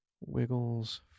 Wiggles